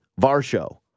Varsho